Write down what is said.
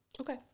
Okay